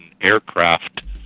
aircraft